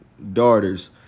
Daughters